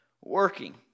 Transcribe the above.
working